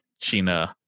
Sheena